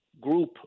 group